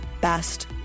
best